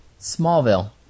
Smallville